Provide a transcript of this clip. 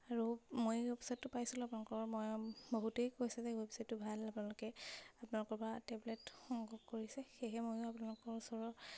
আৰু মই ৱেবচাইটটো পাইছিলোঁ আপোনালোকৰ মই বহুতেই কৈছে যে ৱেবছাইটটো ভাল আপোনালোকে আপোনালোকৰ পৰা টেবলেট সংগ্ৰহ কৰিছে সেয়েহে ময়ো আপোনালোকৰ ওচৰৰ